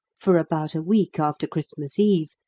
for about a week after christmas eve,